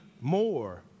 more